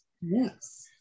Yes